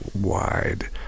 wide